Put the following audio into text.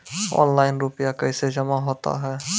Online रुपये कैसे जमा होता हैं?